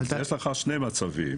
יש לך שני מצבים: